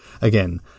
Again